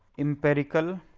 empirical